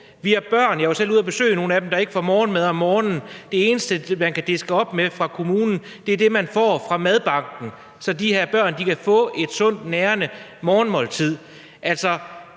Vi har børn – jeg var selv ude at besøge nogle af dem – der ikke får morgenmad om morgenen. Det eneste, man kan diske op med fra kommunen, er det, man får fra madbanken, så de her børn kan få et sundt, nærende morgenmåltid.